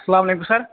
اَسلامُ عَلیکُم سَر